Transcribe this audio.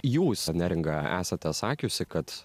jūs neringa esate sakiusi kad